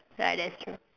ya that's true